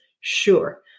Sure